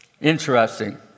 Interesting